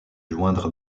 joindre